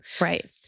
Right